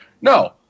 No